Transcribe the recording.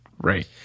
Right